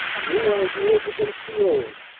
new ideas against the old.